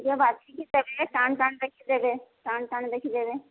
ଏ ବାଛି ଟିକିଏ ବିଲାତି ଟାଣ ଟାଣ ଦେଖି ଦେବେ ଟାଣ ଟାଣ ଦେଖି ଦେବେ